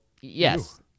yes